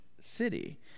city